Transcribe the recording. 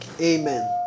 Amen